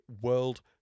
world